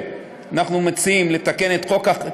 אנחנו מציעים לתקן את החוק,